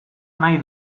nahi